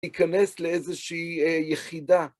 להיכנס לאיזושהי יחידה.